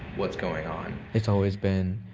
what's going on. it's always been,